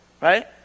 Right